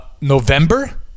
November